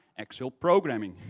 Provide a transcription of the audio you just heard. actual programming.